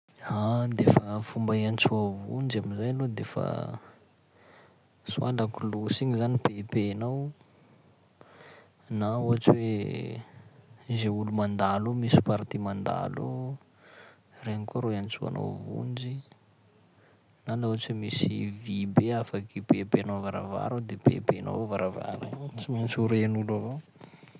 Ah! De fa fomba iantsoa vonjy am'zay aloha de fa soit lakolosy igny zany pepehanao, na ohatsy hoe izay olo mandalo eo, misy partie mandalo regny koa rô iantsoanao vonjy, na laha ohatsy hoe misy vy be afaky ipepehanao varavara ao de pepehanao avao varavara igny, tsy maintsy ho ren'olo avao.